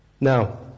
Now